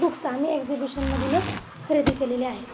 books आम्ही एक्झिबिशनमधूनच खरेदी केलेले आहेत